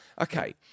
Okay